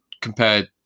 compare